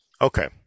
Okay